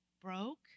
broke